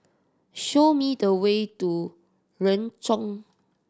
show me the way to Renjong